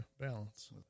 Balance